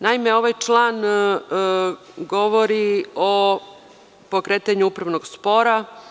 Naime, ovaj član govori o pokretanju upravnog spora.